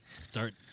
Start